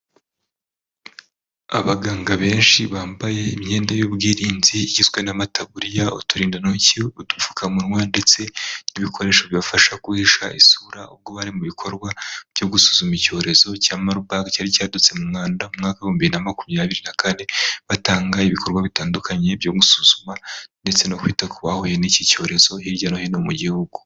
Abaganga benshi bambaye imyenda y'ubwirinzi igizwe n'amatabuririya, uturindantoki, udupfukamunwa ndetse n'ibikoresho bibafasha guhisha isura ubwo bari mu bikorwa byo gusuzuma icyorezo cya marubage cyari cyadutse mu Rwanda mwaka w'ibihumbi na makumyabiri na kane batanga ibikorwa bitandukanye byo gusuzuma ndetse no kwita ku bahuye n'iki cyorezo hirya no hino mu gihugu.